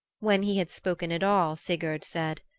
when he had spoken it all sigurd said,